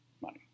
money